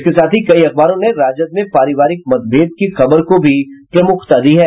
इसके साथ ही कई अखबारों ने राजद में पारिवारिक मतभेद की खबर को भी प्रमुखता दी है